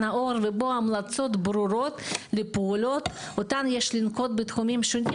העור ובו המלצות ברורות לפעולות אותן יש לנקוט בתחומים שונים,